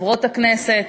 חברות הכנסת,